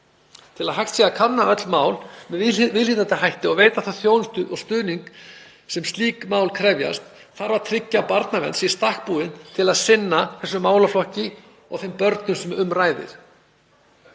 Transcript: „Til að hægt sé að kanna öll mál með viðhlítandi hætti og veita þá þjónustu og stuðning sem slík mál krefjast þarf að tryggja að barnavernd sé í stakk búin til að sinna þessum málafjölda og þeim börnum sem um ræðir.“